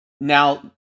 Now